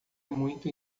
muito